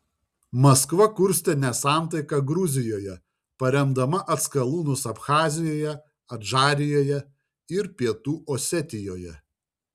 maskva kurstė nesantaiką gruzijoje paremdama atskalūnus abchazijoje adžarijoje ir pietų osetijoje